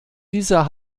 dieser